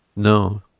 No